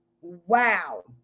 Wow